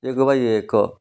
ଏକ ବାଇ ଏକ